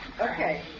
Okay